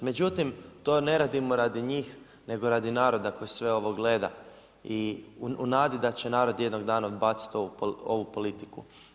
Međutim to ne radimo radi njih nego radi naroda koji sve ovo gleda i u nadi da će narod jednog dana odbaciti ovu politiku.